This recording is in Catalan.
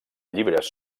llibres